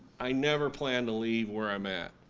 i never plan to leave where i'm at.